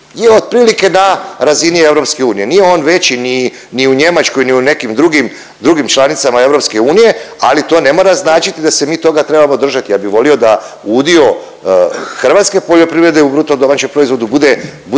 je otprilike na razini EU. Nije on veći ni u Njemačkoj ni u nekim drugim, drugim članicama EU ali to ne mora značiti da se mi toga trebao držati. Ja bi volio da udio hrvatske poljoprivrede u bruto domaćem proizvodu bude,